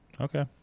okay